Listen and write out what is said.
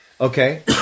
Okay